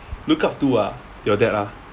look up to ah your dad ah